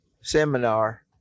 seminar